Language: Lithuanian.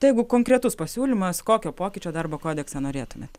tai jeigu konkretus pasiūlymas kokio pokyčio darbo kodekse norėtumėt